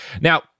Now